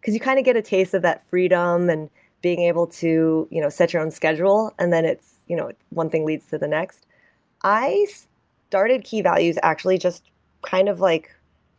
because you kind of get a taste of that freedom and being able to you know set your own schedule, and then you know one thing leads to the next i started key values actually just kind of like